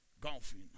Golfing